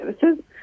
services